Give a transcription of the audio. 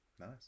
Nice